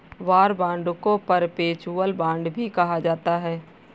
war bond को perpetual bond भी कहा जाता है